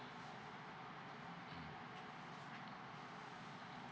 mm